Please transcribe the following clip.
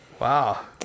Wow